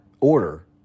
order